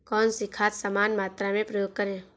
कौन सी खाद समान मात्रा में प्रयोग करें?